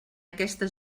aquesta